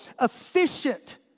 efficient